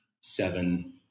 seven